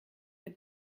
bei